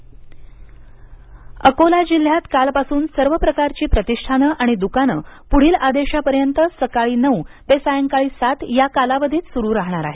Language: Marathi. आठवडीबाजार सुरू होणार अकोला जिल्ह्यात काल पासून सर्व प्रकारची प्रतिष्ठानं आणि दुकानं पुढील आदेशापर्यंत सकाळी नऊ ते सायंकाळी सात या कालावधीत सुरू राहणार आहेत